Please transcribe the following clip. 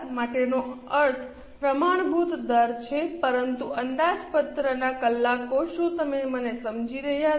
માટેનો અર્થ પ્રમાણભૂત દર છે પરંતુ અંદાજપત્રના કલાકો શું તમે મને સમજી રહ્યા છો